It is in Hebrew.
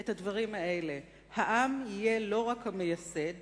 את הדברים האלה: "העם יהיה לא רק המייסד,